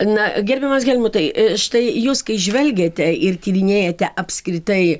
na gerbiamas helmutai štai jūs kai žvelgiate ir tyrinėjate apskritai